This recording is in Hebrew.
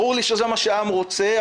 ברור לי שזה מה שהעם רוצה,